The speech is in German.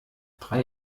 drei